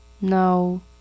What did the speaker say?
No